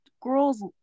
girls